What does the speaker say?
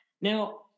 Now